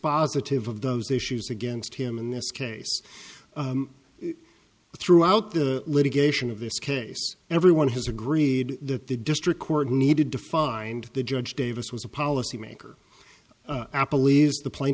dispositive of those issues against him in this case throughout the litigation of this case everyone has agreed that the district court needed to find the judge davis was a policymaker apple leaves the pla